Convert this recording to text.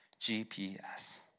GPS